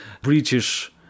British